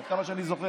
עד כמה שאני זוכר.